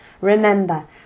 Remember